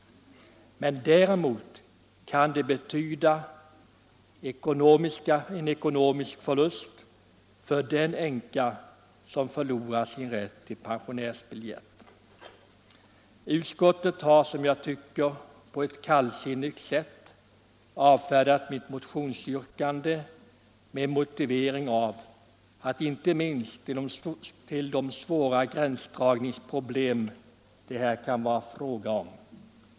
Däremot kan det betyda en ekonomisk förlust för den änka som förlorar sin rätt till pensionärsbiljett. Utskottet har, som jag tycker, på ett kallsinnigt sätt avfärdat mitt motionsyrkande med motivering av att det inte minst är svåra gränsdragningsproblem det här kan vara fråga om.